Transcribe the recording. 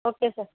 okay sir